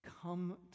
come